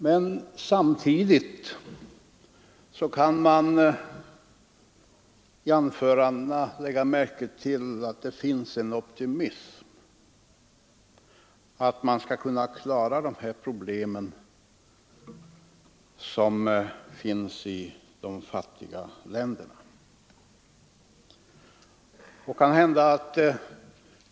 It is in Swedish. Men samtidigt kan man i anförandena lägga märke till en optimism — att problemen i de fattiga länderna skall kunna klaras.